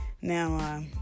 Now